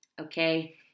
okay